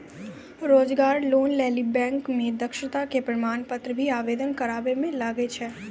रोजगार लोन लेली बैंक मे दक्षता के प्रमाण पत्र भी आवेदन करबाबै मे लागै छै?